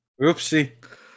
Oopsie